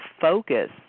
focus